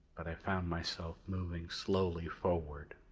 but i found myself moving slowly forward.